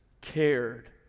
cared